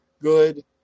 good